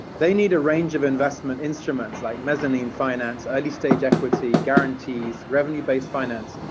they need a range of investment instruments, like mezzanine finance, early stage equity, guarantees, revenue based finance.